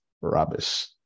rubbish